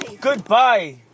Goodbye